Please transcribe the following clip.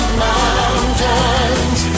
mountains